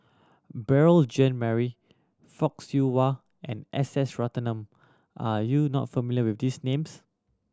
Beurel Jean Marie Fock Siew Wah and S S Ratnam are you not familiar with these names